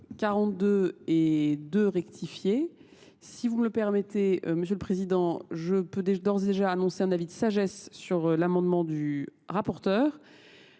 42 et 2 rectifiés. Si vous me le permettez, Monsieur le Président, je peux d'ores et déjà annoncer un avis de sagesse sur l'amendement du rapporteur.